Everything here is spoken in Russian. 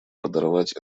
подорвать